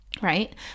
right